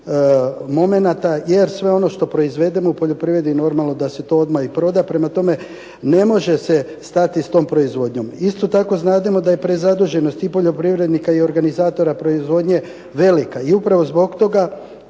momenata jer sve ono što proizvedemo u poljoprivredi normalno da se to odmah i proda. Prema tome ne može se stati s tom proizvodnjom. Isto tako znademo da je prezaduženost i poljoprivrednika i organizatora proizvodnje velika i upravo zbog toga